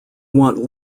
want